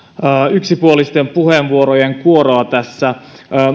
yksipuolisten puheenvuorojen kuoroa tässä